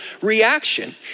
reaction